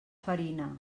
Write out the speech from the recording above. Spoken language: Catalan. farina